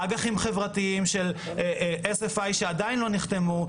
אג"חים חברתיים של SFI שעדיין לא נחתמו.